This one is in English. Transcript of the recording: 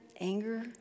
anger